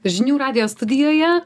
žinių radijo studijoje